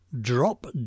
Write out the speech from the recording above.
Drop